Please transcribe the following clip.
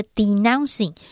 denouncing